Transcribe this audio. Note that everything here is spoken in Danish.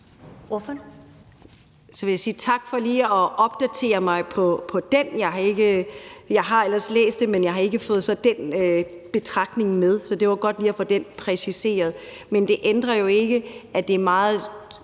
Så vil jeg sige tak for lige at opdatere mig på den. Jeg har ellers læst det, men jeg har ikke fået den betragtning med. Så det var godt lige at få det præciseret. Men det ændrer ikke på, at det er meget